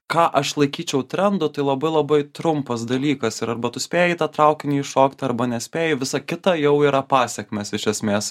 ką aš laikyčiau trendu tai labai labai trumpas dalykas ir arba tu spėji į tą traukinį įšokti arba nespėji visa kita jau yra pasekmės iš esmės